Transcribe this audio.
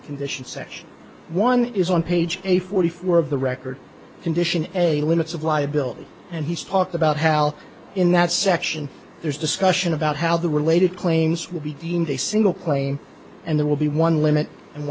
the condition section one is on page a forty four of the record condition a limits of liability and he's talked about how in that section there is discussion about how the related claims will be deemed a single claim and there will be one limit and